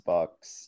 Bucks